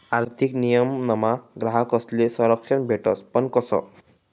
आर्थिक नियमनमा ग्राहकस्ले संरक्षण भेटस पण कशं